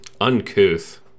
Uncouth